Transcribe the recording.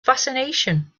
fascination